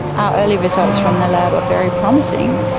our early results from the lab are very promising,